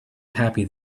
happy